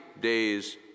days